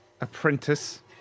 apprentice